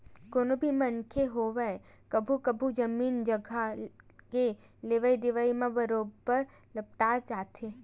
कोनो भी मनखे होवय कभू कभू जमीन जघा के लेवई देवई म बरोबर लपटा जाथे